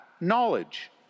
knowledge